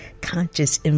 conscious